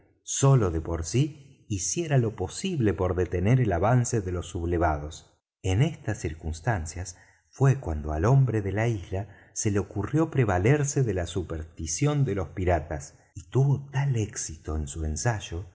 solo de por sí hiciera lo posible por detener el avance de los sublevados en estas circunstancias fué cuando al hombre de la isla le ocurrió prevalerse de la superstición de los piratas y tuvo tal éxito en su ensayo